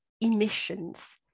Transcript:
emissions